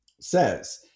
says